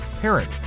parent